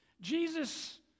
Jesus